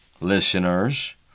listeners